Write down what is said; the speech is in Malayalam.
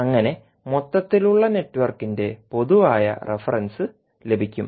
അങ്ങനെ മൊത്തത്തിലുള്ള നെറ്റ്വർക്കിന്റെ പൊതുവായ റഫറൻസ് ലഭിക്കും